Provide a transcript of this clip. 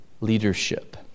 leadership